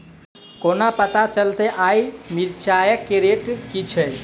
कोना पत्ता चलतै आय मिर्चाय केँ रेट की छै?